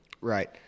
Right